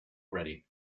ready